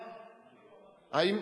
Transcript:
כן, כן, כן,